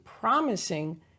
promising